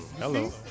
Hello